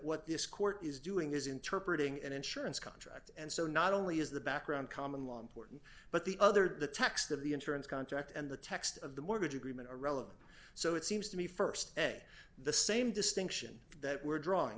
what this court is doing is interpret ing an insurance contract and so not only is the background common law important but the other the text of the insurance contract and the text of the mortgage agreement are relevant so it seems to me st say the same distinction that we're drawing